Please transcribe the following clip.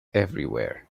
everywhere